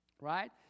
right